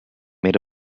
made